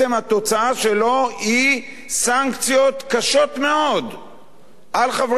שלו היא סנקציות קשות מאוד על חברי הכנסת.